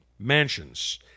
mansions